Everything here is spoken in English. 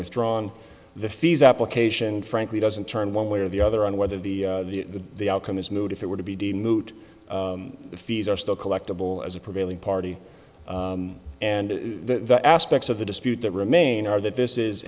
withdrawn the fees application frankly doesn't turn one way or the other on whether the the the outcome is moot if it were to be moot the fees are still collectable as a prevailing party and the aspects of the dispute that remain are that this is